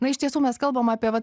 na iš tiesų mes kalbam apie va